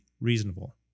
reasonable